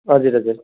हजुर हजुर